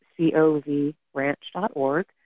covranch.org